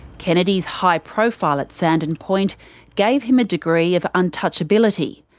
kennedy's high profile at sandon point gave him a degree of untouchability,